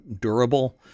durable